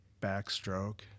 backstroke